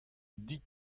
dit